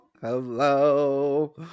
hello